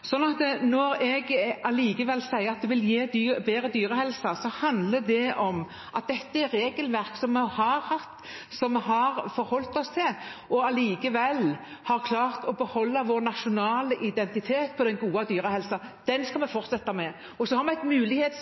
Når jeg sier at det vil gi bedre dyrehelse, handler det om at dette er regelverk som vi har hatt og forholdt oss til, og allikevel har klart å beholde vår nasjonale identitet innen den gode dyrehelsen. Det skal vi fortsette med. Så har vi en mulighet,